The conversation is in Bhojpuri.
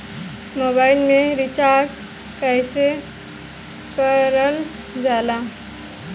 मोबाइल में रिचार्ज कइसे करल जाला?